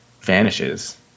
vanishes